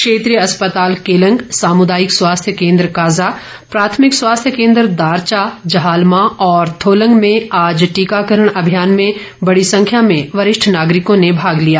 क्षेत्रीय अस्पताल केलंग सामुदायिक स्वास्थ्य केन्द्र काजा प्राथमिक स्वास्थ्य केन्द्र दरचा जहालमा और थोलंग में आज टीकाकरण अभियान में बड़ी संख्या में वरिष्ठ नागरिकों ने भाग लिया